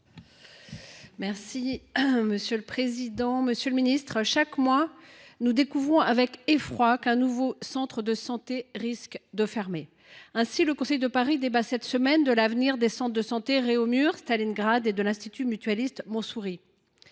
de l’accès aux soins. Monsieur le ministre, tous les mois, nous découvrons avec effroi qu’un nouveau centre de santé risque de fermer. Ainsi, le Conseil de Paris débat cette semaine de l’avenir des centres de santé Réaumur, Stalingrad et de l’Institut mutualiste Montsouris.